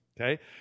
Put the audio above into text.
Okay